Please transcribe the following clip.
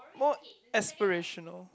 more aspirational